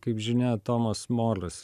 kaip žinia tomas molis